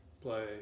play